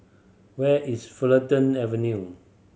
where is Fulton Avenue